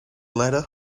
letter